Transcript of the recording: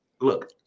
look